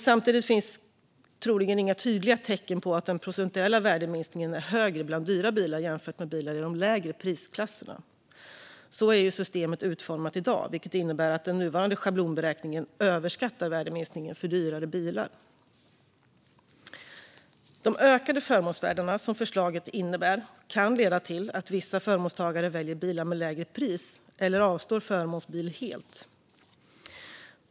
Samtidigt finns troligen inga tydliga tecken på att den procentuella värdeminskningen är högre bland dyra bilar än bland bilar i de lägre prisklasserna. Så är systemet utformat i dag, vilket innebär att den nuvarande schablonberäkningen överskattar värdeminskningen för dyrare bilar. De ökade förmånsvärden som förslaget innebär kan leda till att vissa förmånstagare väljer bilar med lägre pris eller avstår förmånsbil helt.